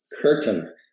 curtain